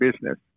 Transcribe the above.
business